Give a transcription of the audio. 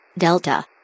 Delta